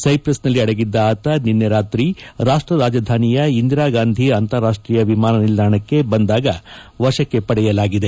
ಸೈಪ್ರಸ್ನಲ್ಲಿ ಅಡಗಿದ್ದ ಆತ ನಿನ್ನೆ ರಾತ್ರಿ ರಾಷ್ಟ ರಾಜಧಾನಿಯ ಇಂದಿರಾಗಾಂಧಿ ಅಂತಾರಾಷ್ಟೀಯ ವಿಮಾನ ನಿಲ್ದಾಣಕ್ಕೆ ಬಂದಾಗ ವಶಕ್ಕೆ ಪಡೆಯಲಾಗಿದೆ